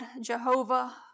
Jehovah